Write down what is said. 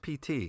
PT